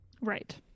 Right